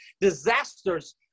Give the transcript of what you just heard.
disasters